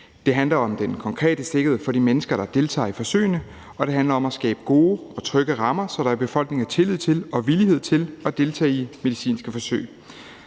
Det handler om den konkrete sikkerhed for de mennesker, der deltager i forsøgene, og det handler om at skabe gode og trygge rammer, så der i befolkningen er tillid til og villighed til at deltage i medicinske forsøg.